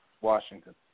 Washington